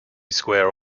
square